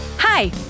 Hi